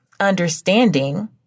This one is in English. understanding